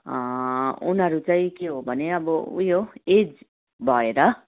उनीहरू चाहिँ के हो भने अब उयो एज भएर